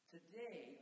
Today